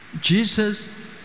Jesus